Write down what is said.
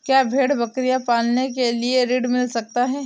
क्या भेड़ बकरी पालने के लिए ऋण मिल सकता है?